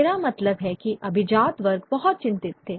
मेरा मतलब है कि अभिजात वर्ग बहुत चिंतित थे